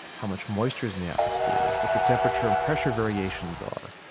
how much moisture is in the atmosphere, what the temperature and pressure variations are.